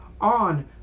on